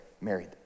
married